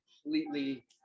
completely